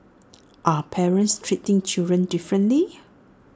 are parents treating children differently